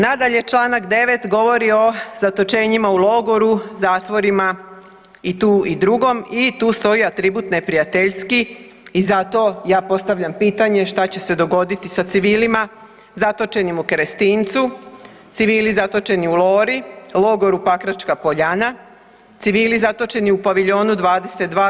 Nadalje, članak 9. govori o zatočenjima u logoru, zatvorima i drugom i tu stoji atribut neprijateljski i zato ja postavljam pitanje šta će se dogoditi sa civilima zatočenim u Kerestincu, civili zatočeni u Lori, logoru Pakračka poljana, civili zatočeni u paviljonu 22.